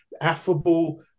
affable